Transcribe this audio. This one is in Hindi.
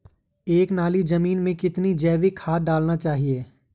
एक नाली जमीन में कितना जैविक खाद डालना चाहिए?